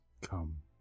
come